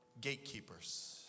gatekeepers